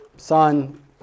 Son